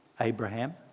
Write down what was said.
Abraham